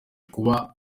kuba